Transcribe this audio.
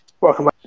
Welcome